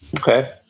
Okay